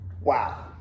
Wow